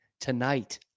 tonight